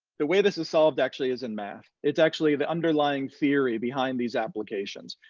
the way this is solved actually is in math. it's actually the underlying theory behind these applications.